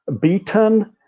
beaten